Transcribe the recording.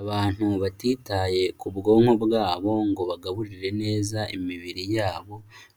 Abantu batitaye ku bwonko bwabo ngo bagaburire neza imibiri yabo,